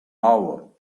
hour